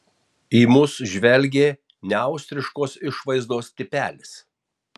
į mus žvelgė neaustriškos išvaizdos tipelis